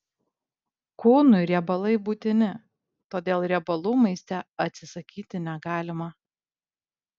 kūnui riebalai būtini todėl riebalų maiste atsisakyti negalima